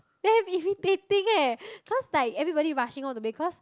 ya is irritating eh cause like everybody rushing home to bathe cause